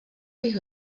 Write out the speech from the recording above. bych